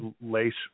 lace